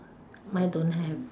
mine don't have